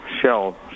shell